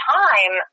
time